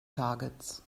targets